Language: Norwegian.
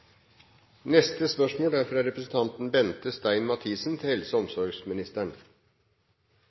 Neste spørsmål er fra representanten Ivar Odnes til klima- og